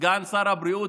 סגן שר הבריאות,